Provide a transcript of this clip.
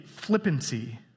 Flippancy